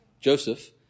Joseph